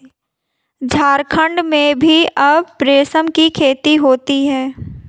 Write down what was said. झारखण्ड में भी अब रेशम की खेती होती है